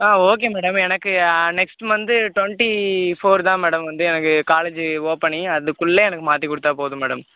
ஆ okay madam எனக்கு next month twenty four தான் madam வந்து எனக்கு காலேஜ் ஓப்பனிங் அதுக்குள்ள எனக்கு மாற்றி கொடுத்தா போதும் மேடம்